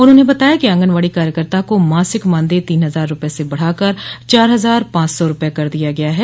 उन्होंने बताया कि आंगनवाड़ी कार्यकर्ताओं का मासिक मानदेय तीन हजार रुपए से बढ़ाकर चार हजार पांच सौ रुपए कर दिया गया है